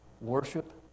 worship